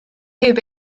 heb